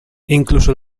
incluso